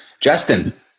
Justin